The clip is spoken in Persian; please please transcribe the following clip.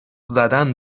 زدن